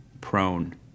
prone